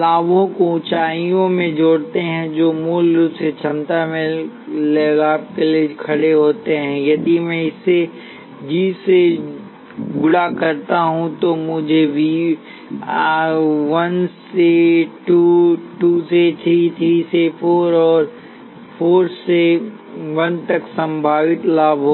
लाभों को ऊंचाइयों में जोड़ते हैं जो मूल रूप से क्षमता में लाभ के लिए खड़े होते हैं यदि मैं इसे जी से गुणा करता हूं तो मुझे 1 से 2 2 से 3 3 से 4 और 4 से 1 तक संभावित लाभ होगा